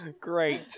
Great